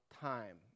time